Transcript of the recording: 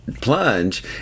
plunge